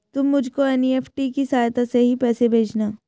तुम मुझको एन.ई.एफ.टी की सहायता से ही पैसे भेजना